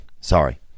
Sorry